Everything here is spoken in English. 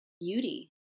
beauty